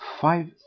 Five